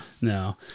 no